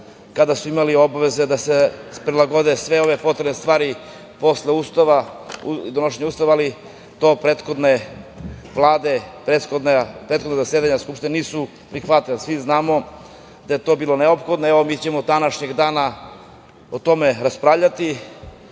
kada smo imali obaveze da se prilagode sve ove potrebne stvari posle donošenja Ustava, ali to prethodne vlade, prethodna zasedanja Skupštine nisu prihvatila. Svi znamo da je to bilo neophodno. Mi ćemo u toku dana o tome raspravljati. Uvažena